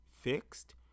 fixed